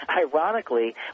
Ironically